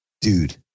dude